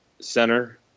center